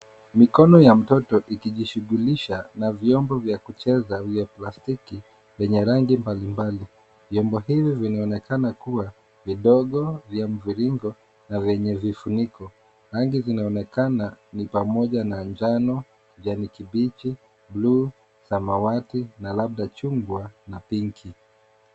Mikono ya mtoto ikijishughulisha na vyombo vya kucheza vya plastiki vyenye rangi mbalimbali. Vyombo hivi vinaonekana kuwa vidogo, vya mviringo na vyenye vifuniko. Rangi zinaonekana ni pamoja na njano, kijani kibichi, bluu, samawati na labda chungwa na pinki.